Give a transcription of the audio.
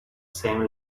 same